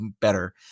better